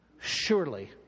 Surely